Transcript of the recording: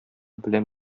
белән